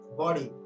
body